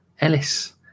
Ellis